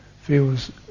feels